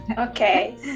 Okay